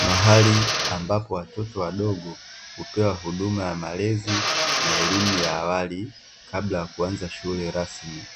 Mahali ambapo watoto wadogo hupewa huduma ya malezi na elimu ya awali kabla ya kuanza shule rasmi,